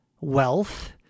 wealth